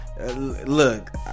Look